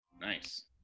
Nice